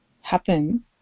happen